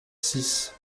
six